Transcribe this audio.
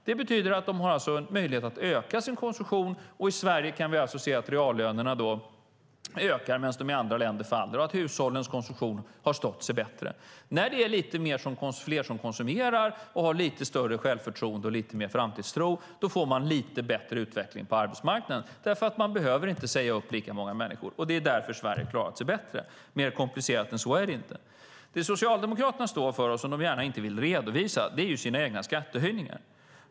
Det betyder att de har möjlighet att öka sin konsumtion. Vi kan se att reallönerna i Sverige därmed ökar medan de faller i andra länder. På så sätt har hushållens konsumtion stått sig bättre. När lite fler konsumerar och har lite större självförtroende och lite mer framtidstro får man lite bättre utveckling på arbetsmarknaden, för man behöver inte säga upp lika många människor. Det är därför Sverige har klarat sig bättre. Mer komplicerat än så är det inte. Det Socialdemokraterna står för och som de inte gärna vill redovisa är de egna skattehöjningarna.